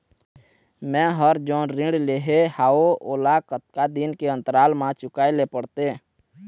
मैं हर जोन ऋण लेहे हाओ ओला कतका दिन के अंतराल मा चुकाए ले पड़ते?